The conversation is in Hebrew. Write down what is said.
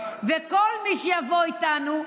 וכל מי שיבוא איתנו,